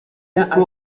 kuko